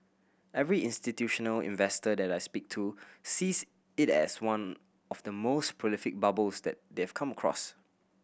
every institutional investor that I speak to sees it as one of the most prolific bubbles that they've come across